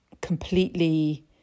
completely